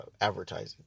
advertising